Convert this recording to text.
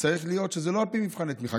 צריך להיות שזה לא על פי מבחני תמיכה,